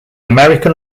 american